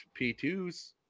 P2s